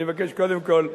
אני מבקש קודם כול,